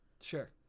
sure